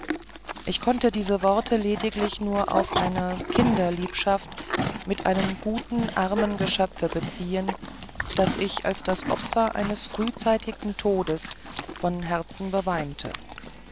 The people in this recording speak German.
ich konnte dieses wort lediglich nur auf eine kinderliebschaft mit einem guten armen geschöpfe beziehen das ich als das opfer eines frühzeitigen todes von herzen beweinte